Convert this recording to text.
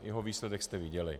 Jeho výsledek jste viděli.